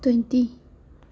twenty